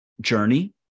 journey